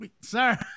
sir